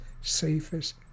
safest